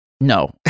No